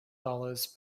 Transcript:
dollars